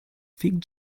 fig